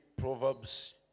Proverbs